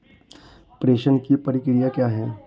प्रेषण की प्रक्रिया क्या है?